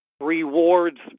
rewards